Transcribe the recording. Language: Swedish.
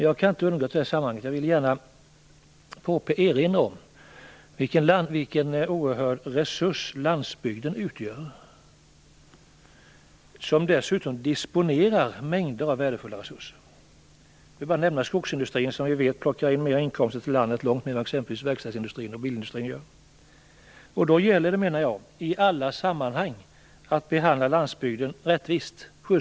Jag kan inte undgå att i sammanhanget erinra om vilken oerhörd resurs landsbygden utgör. Dessutom disponerar landsbygden över mängder av värdefulla resurser. Man kan bl.a. nämna skogsindustrin, som vi vet plockar in långt större inkomster till vårt land än vad exempelvis verkstads och bilindustrin gör. Det gäller att i alla sammanhang behandla landsbygden rättvist och schyst.